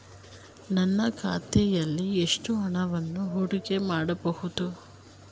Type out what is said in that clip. ನನ್ನ ಖಾತೆಯಲ್ಲಿ ಎಷ್ಟು ಹಣವನ್ನು ಹೂಡಿಕೆ ಮಾಡಬಹುದು?